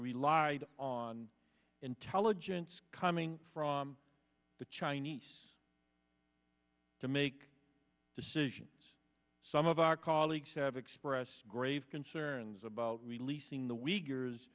relied on intelligence coming from the chinese to make decisions some of our colleagues have expressed grave concerns about releasing the weak